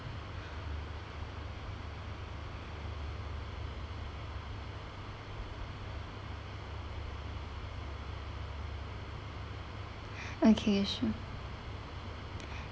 okay sure